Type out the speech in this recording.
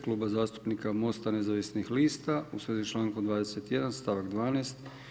Kluba zastupnika MOST-a nezavisnih lista u svezi s člankom 21. stavak 12.